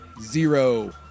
zero